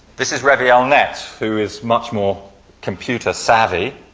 this is reviel netz who is much more computer savvy.